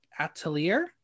Atelier